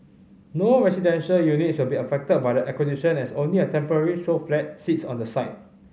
no residential units will be affected by the acquisition as only a temporary show flat sits on the site